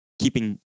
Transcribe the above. keeping